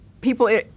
people